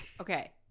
okay